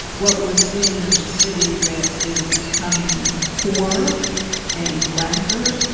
what we're seeing is a city that is becoming poorer and blacker.